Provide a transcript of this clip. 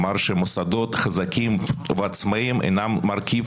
אמר שמוסדות חזקים ועצמאיים אינם מרכיב